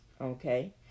Okay